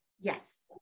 yes